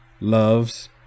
loves